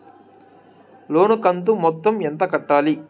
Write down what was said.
లోను కంతు మొత్తం ఎంత కట్టాలి?